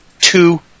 two